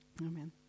Amen